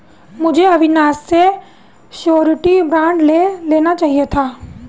मुझे अविनाश से surety bond ले लेना चाहिए था